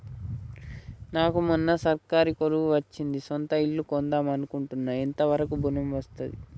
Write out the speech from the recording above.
నాకు మొన్న సర్కారీ కొలువు వచ్చింది సొంత ఇల్లు కొన్దాం అనుకుంటున్నా ఎంత వరకు ఋణం వస్తది?